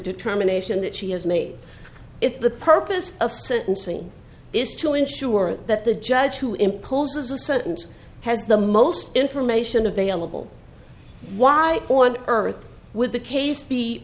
determination that she has made if the purpose of sentencing is to ensure that the judge to impose a sentence has the most information available why on earth would the case be